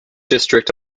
district